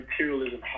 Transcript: materialism